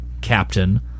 captain